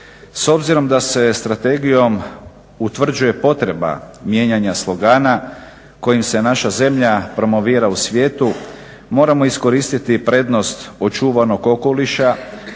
S obzirom da se strategijom utvrđuje potreba mijenjanja slogana kojim se naša zemlja promovira u svijetu moramo iskoristiti prednost očuvanog okoliša,